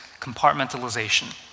compartmentalization